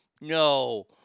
No